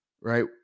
Right